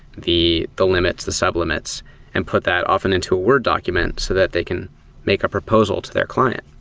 the the limits, the sub-limits and put that off and into a word document so that they can make a proposal to their client.